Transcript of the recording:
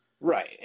Right